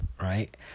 right